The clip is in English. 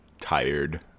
tired